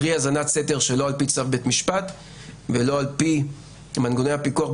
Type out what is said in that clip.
קרי האזנת סתר שלא על פי צו בית משפט ולא על פי מנגנוני הפיקוח,